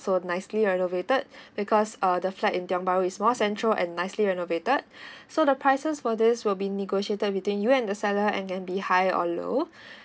so nicely renovated because uh the flat in tiong bahru is more central and nicely renovated so the prices for this will be negotiated between you and the seller and then be high or low